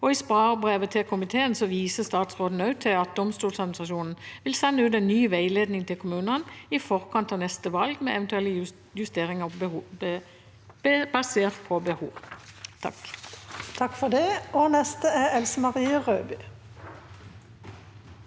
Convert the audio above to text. I svarbrevet til komiteen viser statsråden også til at Domstoladministrasjonen vil sende ut en ny veiledning til kommunene i forkant av neste valg med eventuelle justeringer basert på behov. Else